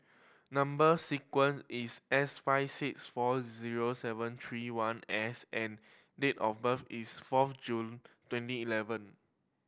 number sequence is S five six four zero seven three one S and date of birth is fourth June twenty eleven